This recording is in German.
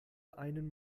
einen